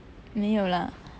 没有 lah